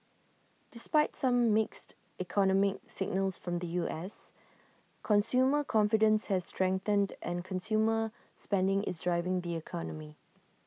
despite some mixed economic signals from the U S consumer confidence has strengthened and consumer spending is driving the economy